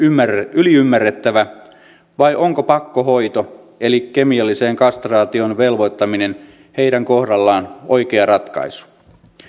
yliymmärrettävä vai onko pakkohoito eli kemialliseen kastraatioon velvoittaminen heidän kohdallaan oikea ratkaisu